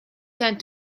tend